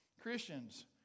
Christians